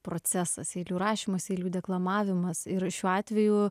procesas eilių rašymas eilių deklamavimas ir šiuo atveju